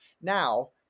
Now